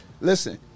listen